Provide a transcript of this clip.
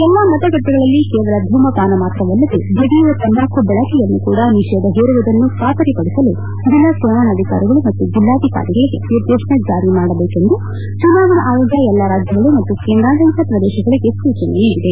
ಎಲ್ಲಾ ಮತಗಟ್ಟೆಗಳಲ್ಲಿ ಕೇವಲ ಧೂಮಪಾನ ಮಾತ್ರವಲ್ಲದೇ ಜಗಿಯುವ ತಂಬಾಕು ಬಳಕೆಯನ್ನು ಕೂಡಾ ನಿಷೇಧ ಹೇರುವುದನ್ನು ಖಾತರಿಪಡಿಸಲು ಜಿಲ್ಲಾ ಚುನಾವಣಾಧಿಕಾರಿಗಳು ಮತ್ತು ಜಿಲ್ಲಾಧಿಕಾರಿಗಳಿಗೆ ನಿರ್ದೇಶನ ಜಾರಿ ಮಾಡಬೇಕೆಂದು ಚುನಾವಣಾ ಆಯೋಗ ಎಲ್ಲಾ ರಾಜ್ಯಗಳು ಮತ್ತು ಕೇಂದ್ರಾಡಳಿತ ಪ್ರದೇಶಗಳಿಗೆ ಸೂಚನೆ ನೀಡಿದೆ